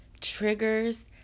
triggers